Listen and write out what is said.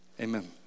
amen